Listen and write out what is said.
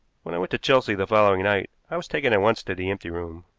when i went to chelsea the following night i was taken at once to the empty room.